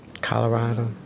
Colorado